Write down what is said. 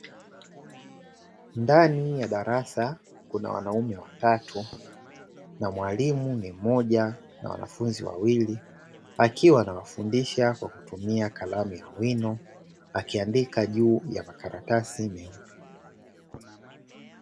Ndani ya darasa kuna wanaume watatu na mwalimu ni mmoja na wanafunzi wawili, akiwa anawafundisha kwa kutumia kalamu ya wino akiandika juu ya makaratasi meupe.